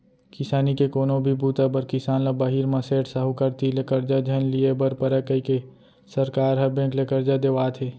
किसानी के कोनो भी बूता बर किसान ल बाहिर म सेठ, साहूकार तीर ले करजा झन लिये बर परय कइके सरकार ह बेंक ले करजा देवात हे